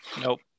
Nope